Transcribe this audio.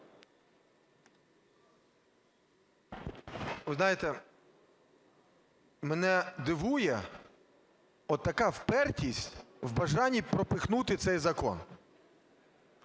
Ви знаєте, мене дивує така впертість в бажанні пропихнути цей закон.